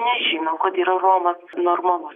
nežino kad yra romas normalu